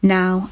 now